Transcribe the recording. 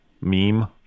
meme